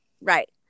Right